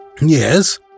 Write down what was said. Yes